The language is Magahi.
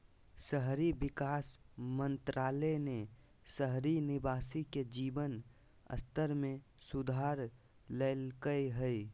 शहरी विकास मंत्रालय ने शहरी निवासी के जीवन स्तर में सुधार लैल्कय हइ